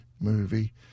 movie